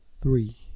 three